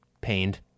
pained